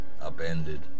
Upended